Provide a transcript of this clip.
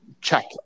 check